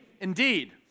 indeed